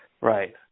Right